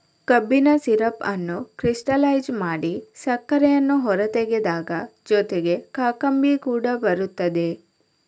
ಕಬ್ಬಿನ ಸಿರಪ್ ಅನ್ನು ಕ್ರಿಸ್ಟಲೈಜ್ ಮಾಡಿ ಸಕ್ಕರೆಯನ್ನು ಹೊರತೆಗೆದಾಗ ಜೊತೆಗೆ ಕಾಕಂಬಿ ಕೂಡ ಬರುತ್ತದೆ